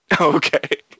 Okay